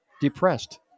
depressed